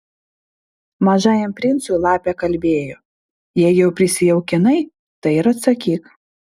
mažajam princui lapė kalbėjo jei jau prisijaukinai tai ir atsakyk